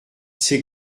ces